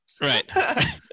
Right